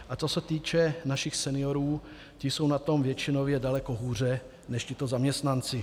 A co se týče našich seniorů, ti jsou na tom většinově daleko hůře než tito zaměstnanci.